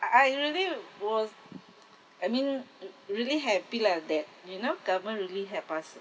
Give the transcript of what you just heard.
uh I really was I mean mm really happy lah that you know government really help us